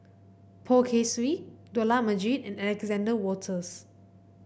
Poh Kay Swee Dollah Majid and Alexander Wolters